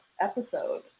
episode